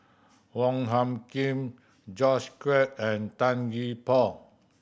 Wong Hung Khim George Quek and Tan Gee Paw